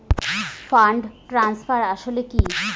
Fund transfer আসলে কী?